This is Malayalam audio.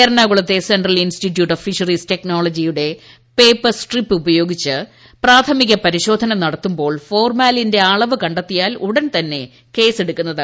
എറണാകുളത്തെ സെൻട്രൽ ഇൻസ്റ്റിറ്റ്യൂട്ട് ഓഫ് ഫിഷറീസ് ടെക്നോളജിയുടെ പേപ്പർ സ്ട്രിപ്പ് ഉയോഗിച്ച് പ്രാഥമിക പരിശോ ധന നടത്തുമ്പോൾ ഫോർമാലിന്റെ അളവ് ക ത്തിയാൽ ഉടൻ തന്നെ കേസെടുക്കുന്നതാണ്